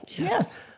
Yes